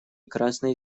красной